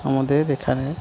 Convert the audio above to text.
আমাদের এখানে